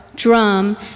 Drum